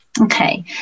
Okay